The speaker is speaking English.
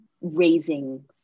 raising